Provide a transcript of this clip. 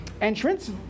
entrance